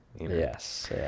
Yes